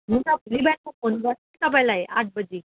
हुन्छ भोलि बिहान म फोन गर्छु नि तपाईँलाई आठ बजी